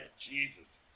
Jesus